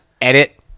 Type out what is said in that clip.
Edit